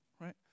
Right